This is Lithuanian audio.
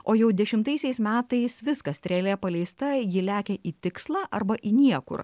o jau dešimtaisiais metais viskas strėlė paleista ji lekia į tikslą arba į niekur